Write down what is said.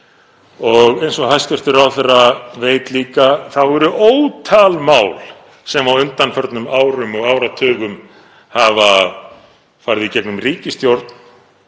Og eins og hæstv. ráðherra veit líka þá eru ótal mál sem á undanförnum árum og áratugum hafa farið í gegnum ríkisstjórn